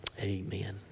Amen